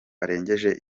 arengeje